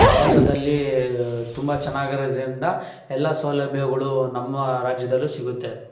ಪ್ರವಾಸದಲ್ಲಿ ತುಂಬ ಚೆನ್ನಾಗಿರೋದರಿಂದ ಎಲ್ಲ ಸೌಲಭ್ಯಗಳು ನಮ್ಮ ರಾಜ್ಯದಲ್ಲೂ ಸಿಗುತ್ತೆ